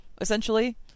essentially